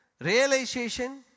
realization